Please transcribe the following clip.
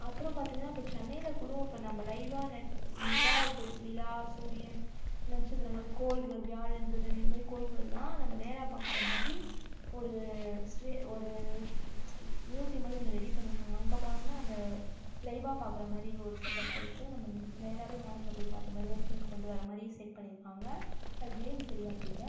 அப்புறம் பார்த்தீங்கனா அப்போ சென்னையில் கூடும் இப்போ நம்ப லைவ்வாக நெ நிலா போய் நிலா சூரியன் நட்சத்திரங்கள் கோள்கள் வியாழன் புதன் இது மாதிரி கோள்கள்லாம் நம்ப நேராக பார்க்குற மாதிரி ஒரு ஸ்ட்ரி ஒரு ஷ் ம்யூஸியம் மாதிரி ஒன்று ரெடி பண்ணிருக்காங்க அங்கே போனோம்னால் நம்ப லைவ்வாக பார்க்குற மாதிரி ஒரு செட்டப் இருக்கு நம்ப நேராகவே வானத்தில் போய் பார்த்த மாதிரி ஒரு ஃபீல் கொண்டு வர மாதிரி செட் பண்ணிருக்காங்க அது நேம் சரியாக தெரியல